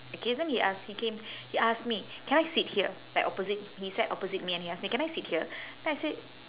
okay then he ask he came he ask me can I sit here like opposite he sat opposite me and he ask me can I sit here then I said